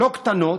לא קטנות,